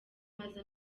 amaze